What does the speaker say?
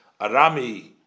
Arami